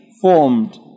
formed